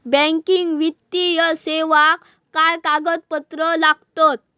Banking वित्तीय सेवाक काय कागदपत्र लागतत?